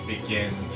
begin